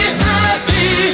happy